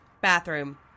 bathroom